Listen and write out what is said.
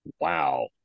Wow